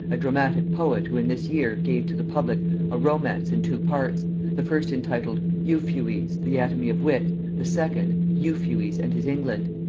a dramatic poet who in this year gave to the public a romance in two parts the first entitled euphues the anatomy of wit, the second euphues and his england.